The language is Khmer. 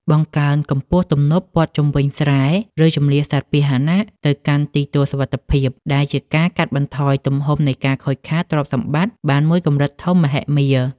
បង្កើនកម្ពស់ទំនប់ព័ទ្ធជុំវិញស្រែ ឬជម្លៀសសត្វពាហនៈទៅកាន់ទីទួលសុវត្ថិភាព ដែលជាការកាត់បន្ថយទំហំនៃការខូចខាតទ្រព្យសម្បត្តិបានមួយកម្រិតធំមហិមា។